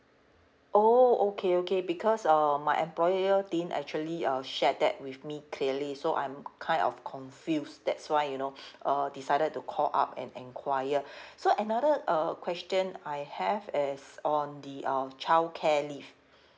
oh okay okay because uh my employer didn't actually uh share that with me clearly so I'm kind of confused that's why you know uh decided to call up and enquire so another uh question I have is on the uh childcare leave